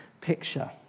picture